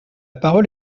parole